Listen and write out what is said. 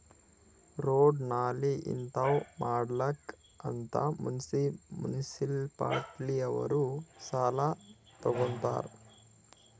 road, ನಾಲಿ ಹಿಂತಾವ್ ಮಾಡ್ಲಕ್ ಅಂತ್ ಮುನ್ಸಿಪಾಲಿಟಿದವ್ರು ಸಾಲಾ ತಗೊತ್ತಾರ್